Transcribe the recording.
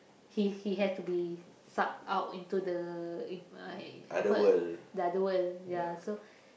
he he had to be suck out into the in uh apa the other world ya so